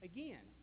Again